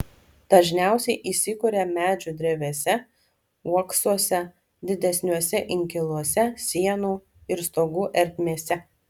dažniausiai įsikuria medžių drevėse uoksuose didesniuose inkiluose sienų ir stogų ertmėse